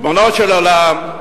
ריבונו של עולם,